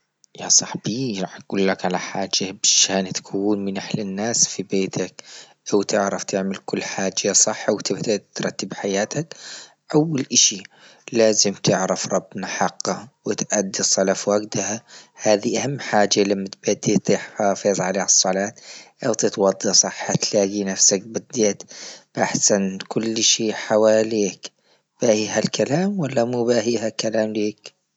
يا صاحبي رح أقول لك على حاجة مشان تكون من أحلى الناس في بيتك، أو تعرف تعمل كل حاجة صح وتبتدأ ترتب حياتك، أول إشي لازم تعرف ربنا حقها وتأدي الصلاة في وقتها، هذي أهم حاجة لما تبدي تحافز على الصلاة أو تتوضى صح هتلاقي نفسك بديت أحسن كل شي حواليك باهب هالكلام ولا مو باهي هالكلام ليك.